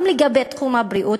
גם לגבי תחום הבריאות,